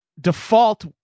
default